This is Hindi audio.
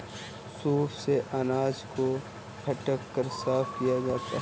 सूप से अनाज को फटक कर साफ किया जाता है